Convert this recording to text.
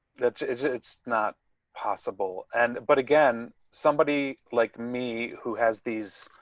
that's it's not possible and. but again, somebody like me who has these